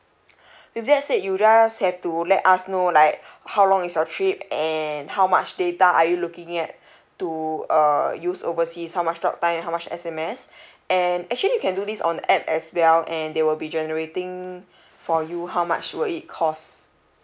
with that said you just have to let us know like how long is your trip and how much data are you looking at to err use overseas how much talk time how and much S_M_S and actually you can do this on the app as well and they will be generating for you how much will it cost